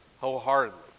wholeheartedly